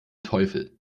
teufel